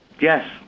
Yes